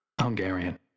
Hungarian